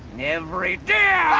every day.